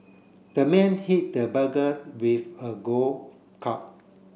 the man hit the burglar with a golf club